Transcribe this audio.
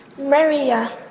Maria